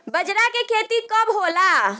बजरा के खेती कब होला?